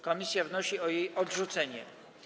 Komisja wnosi o jej odrzucenie.